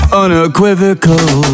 unequivocal